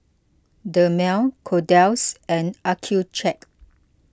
Dermale Kordel's and Accucheck